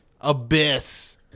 Abyss